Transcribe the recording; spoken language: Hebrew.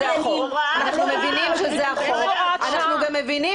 אנחנו מבינים שזה החוק אבל אנחנו מבינים